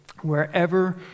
wherever